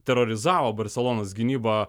terorizavo barselonos gynybą